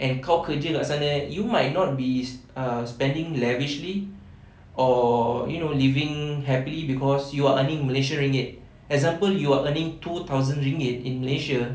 and kau kerja kat sana eh you might not be uh spending lavishly or you know living happily cause you are earning malaysia ringgit example you are earning two thousand ringgit in malaysia